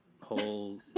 whole